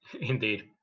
Indeed